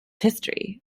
history